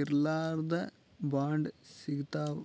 ಇರ್ಲಾರ್ದ್ ಬಾಂಡ್ ಸಿಗ್ತಾವ್